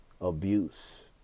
abuse